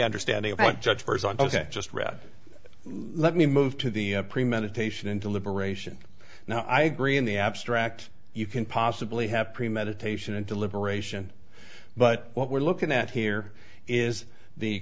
understanding of what judge garzon ok just read let me move to the premeditation into liberation now i agree in the abstract you can possibly have premeditation and deliberation but what we're looking at here is the